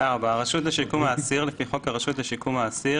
(4)הרשות לשיקום האסיר לפי חוק הרשות לשיקום האסיר,